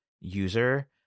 user